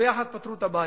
ויחד פתרו את הבעיות.